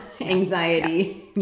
anxiety